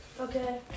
Okay